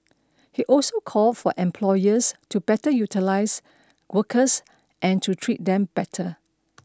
he also called for employers to better utilise workers and to treat them better